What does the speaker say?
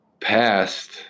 past